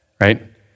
right